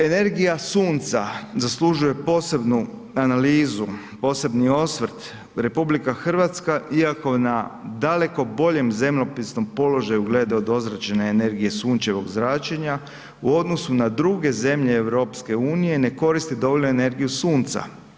Energija sunca zaslužuje posebnu analizu, posebni osvrt, RH iako na daleko boljem zemljopisnom položaju glede od ozračene energije sunčevog zračenja, u odnosu na druge zemlje EU ne koristi dovoljno energiju sunca.